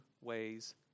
ways